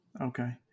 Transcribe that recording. Okay